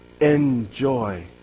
enjoy